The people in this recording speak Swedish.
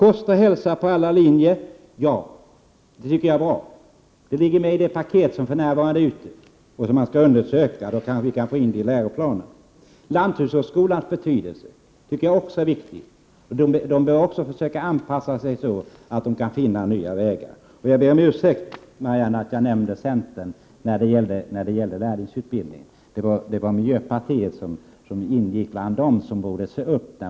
Kost och hälsa på alla linjer — det tycker jag är bra. Det finns med i det paket som för närvarande är ute, och man skall undersöka om det går att få in det i läroplanen. Lanthushållsskolan tycker jag också har en stor betydelse. Den bör försöka anpassa sig så att den kan finna nya former.